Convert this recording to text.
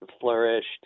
Flourished